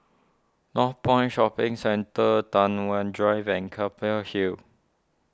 Northpoint Shopping Centre Tai Hwan Drive and Keppel Hill